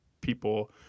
people